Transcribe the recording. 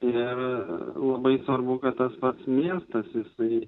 ir labai svarbu kad tas pats miestas jisai